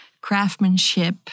craftsmanship